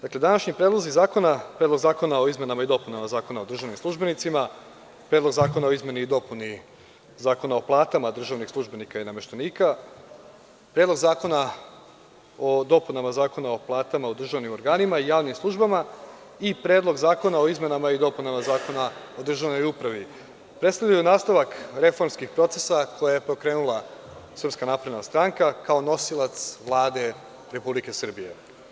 Današnji predlozi zakona, Predlog zakona o izmenama i dopunama Zakona o državnim službenicima, Predlog zakona o izmeni i dopuni Zakona o platama državnih službenika i nameštenika, Predlog zakona o dopunama Zakona o platama u državnim organima i javnim službama i Predlog zakona o izmenama i dopunama Zakona o državnoj upravi, predstavljaju nastavak reformskih procesa koja je pokrenula SNS kao nosilac Vlade Republike Srbije.